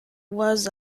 was